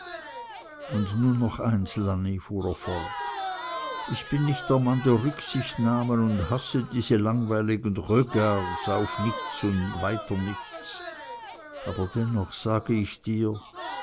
und nun noch eins lanni fuhr er fort ich bin nicht der mann der rücksichtsnahmen und hasse diese langweiligen regards auf nichts und wieder nichts aber dennoch sag ich dir